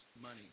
money